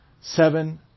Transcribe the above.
Seven